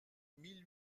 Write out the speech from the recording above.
mille